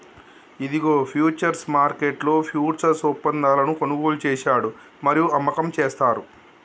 ఇదిగో ఫ్యూచర్స్ మార్కెట్లో ఫ్యూచర్స్ ఒప్పందాలను కొనుగోలు చేశాడు మరియు అమ్మకం చేస్తారు